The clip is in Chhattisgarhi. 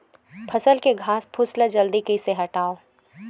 फसल के घासफुस ल जल्दी कइसे हटाव?